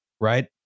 right